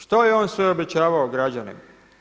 Što je on sve obećavao građanima?